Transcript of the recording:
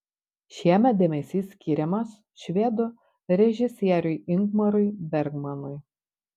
šiemet dėmesys skiriamas švedų režisieriui ingmarui bergmanui